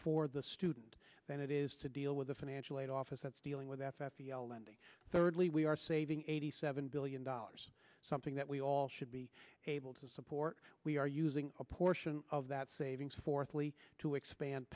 for the student than it is to deal with the financial aid office that's dealing with f f e l m t thirdly we are saving eighty seven billion dollars something that we all should be able to support we are using a portion of that savings fourthly to expand